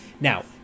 Now